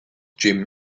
jim